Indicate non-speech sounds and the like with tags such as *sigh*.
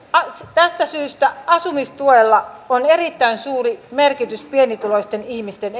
tästä syystä asumistuella on erittäin suuri merkitys pienituloisten ihmisten *unintelligible*